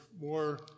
more